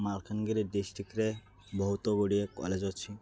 ମାଲକାନଗିରି ଡିଷ୍ଟ୍ରିକ୍ରେ ବହୁତ ଗୁଡ଼ିଏ କଲେଜ ଅଛି